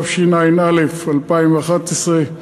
התשע"א 2011,